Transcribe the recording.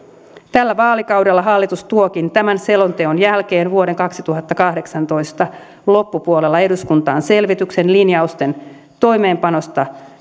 tällä vaalikaudella hallitus tuokin tämän selonteon jälkeen vuoden kaksituhattakahdeksantoista loppupuolella eduskuntaan selvityksen linjausten toimeenpanosta